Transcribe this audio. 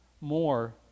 more